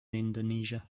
indonesia